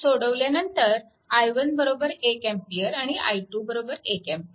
सोडवल्यावर i1 1 A आणि i 2 1A